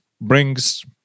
brings